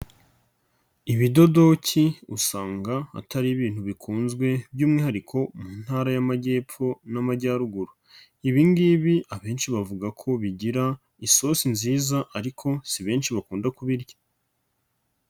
Ibidodoki usanga atari ibintu bikunzwe by'umwihariko mu Ntara y'Amajyepfo n'Amajyaruguru, ibi ngibi abenshi bavuga ko bigira isosi nziza ariko si benshi bakunda kubirya.